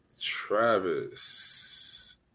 Travis